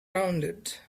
rounded